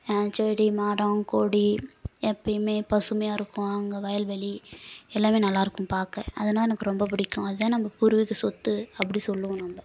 செடி மரம் கொடி எப்பையுமே பசுமையாக இருக்கும் அங்கே வயல்வெளி எல்லாமே நல்லா இருக்கும் பார்க்க அதெலாம் எனக்கு ரொம்ப பிடிக்கும் அதான் நம்ம பூர்வீக சொத்து அப்படி சொல்லுவோம் நம்ப